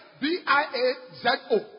B-I-A-Z-O